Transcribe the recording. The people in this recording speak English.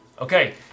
Okay